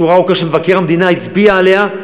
שורה ארוכה שמבקר המדינה הצביע עליה,